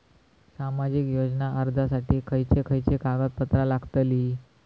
सामाजिक योजना अर्जासाठी खयचे खयचे कागदपत्रा लागतली?